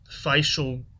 facial